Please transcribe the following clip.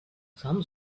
some